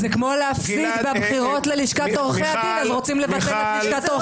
זה כמו להפסיד ללשכת עורכי הדין ואז רוצים לבטל אותה.